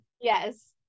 Yes